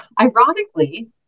Ironically